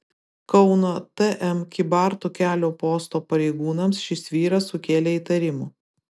kauno tm kybartų kelio posto pareigūnams šis vyras sukėlė įtarimų